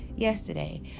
Yesterday